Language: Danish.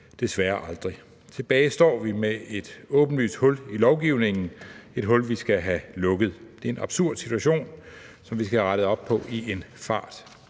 desværre aldrig. Tilbage står vi med et åbenlyst hul i lovgivningen – et hul, vi skal have lukket. Det er en absurd situation, som vi skal have rettet op på i en fart.